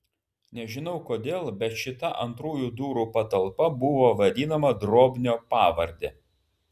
nežinau kodėl bet šita antrųjų durų patalpa buvo vadinama drobnio pavarde